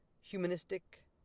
humanistic